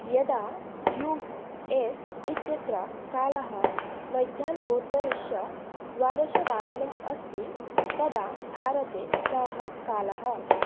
यदा U S इत्यत्र कालः मध्याह्नोत्तरश्श द्वादशवादनम् अस्ति तदा भारते कः कालः